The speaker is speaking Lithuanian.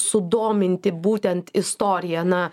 sudominti būtent istorija na